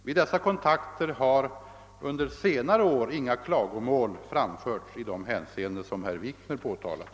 Vid dessa kontakter har under senare år inga klagomål framförts i de hänseenden som herr Wikner påtalat.